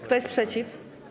Kto jest przeciw?